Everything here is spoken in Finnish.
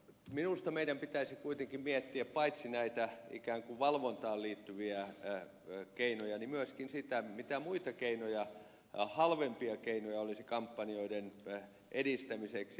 minusta meidän pitäisi kuitenkin miettiä paitsi näitä ikään kuin valvontaan liittyviä keinoja myöskin sitä mitä muita halvempia keinoja olisi kampanjoiden edistämiseksi